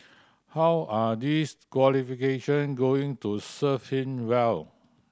how are these qualification going to serve him well